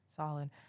Solid